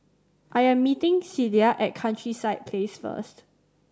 I am meeting Cilla at Countryside Place first